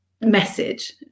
message